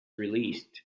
released